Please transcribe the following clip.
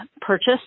purchase